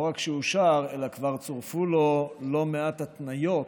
לא רק שהוא אושר אלא כבר צורפו לו לא מעט התניות.